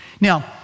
Now